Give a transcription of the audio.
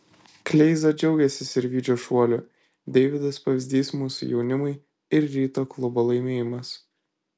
kleiza džiaugiasi sirvydžio šuoliu deividas pavyzdys mūsų jaunimui ir ryto klubo laimėjimas